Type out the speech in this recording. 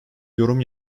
yorum